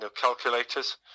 calculators